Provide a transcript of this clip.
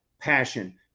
Passion